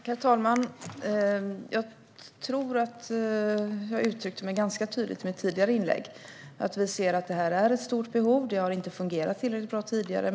Herr talman! Jag tror att jag uttryckte mig ganska tydligt i mitt tidigare inlägg. Vi ser att det finns ett stort behov i fråga om detta, och det har inte fungerat tillräckligt bra tidigare.